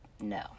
no